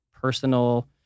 personal